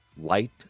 light